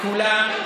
מכולם,